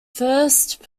first